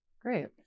Great